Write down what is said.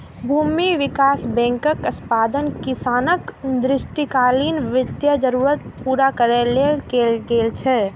भूमि विकास बैंकक स्थापना किसानक दीर्घकालीन वित्तीय जरूरत पूरा करै लेल कैल गेल रहै